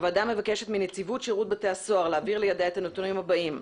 הוועדה מבקשת מנציבות שירות בתי הסוהר להעביר לידיה את הנתונים הבאים: